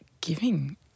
giving